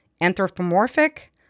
anthropomorphic